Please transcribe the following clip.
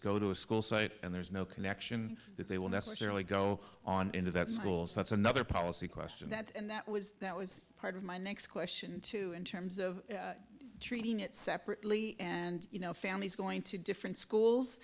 go to a school site and there's no connection that they will necessarily go on into that schools that's another policy question that and that was that was part of my next question too in terms of treating it separately and you know families going to different schools